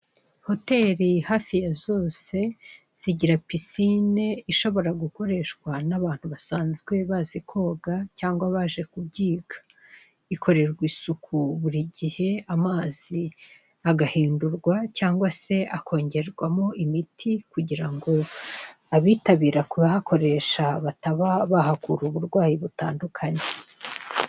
Hoteri hafi ya zose zigira pisine ishobora gukoreshwa n'abantu basanzwe bazi koga cyangwa baje kwiga, ikorerwa isuku buri gihe amazi agahindurwa cyangwa se akongerwamo imiti kugirango abitabira kubahakoresha bataba bahakura uburwayi butandukanye.